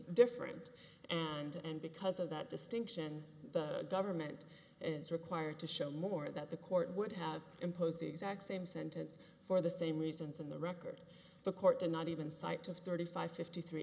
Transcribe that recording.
different and and because of that distinction the government is required to show more that the court would have imposed the exact same sentence for the same reasons in the record the court did not even cite to thirty five fifty three